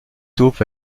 taupes